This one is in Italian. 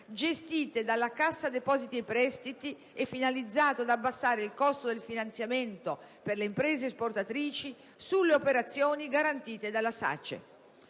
gestite dalla Cassa depositi e prestiti e finalizzato ad abbassare il costo del finanziamento per le imprese esportatrici sulle operazioni garantire dalla SACE